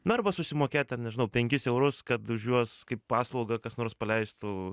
na arba susimokėt ten nežinau penkis eurus kad už juos kaip paslaugą kas nors paleistų